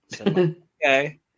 Okay